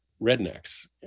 rednecks